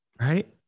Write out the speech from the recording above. Right